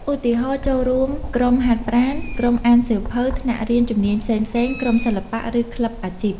ឧទាហរណ៍ ចូលរួមក្រុមហាត់ប្រាណ ក្រុមអានសៀវភៅ ថ្នាក់រៀនជំនាញផ្សេងៗ ក្រុមសិល្បៈ ឬក្លឹបអាជីព។